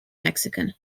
mexican